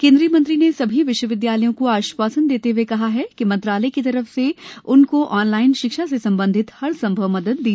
केंद्रीय मंत्री ने सभी विश्वविद्यालयों को आश्वासन देते हए कहा कि मंत्रालय की तरफ से उनको ऑनलाइन शिक्षा से संबंधित हर संभव मदद दी जाएगी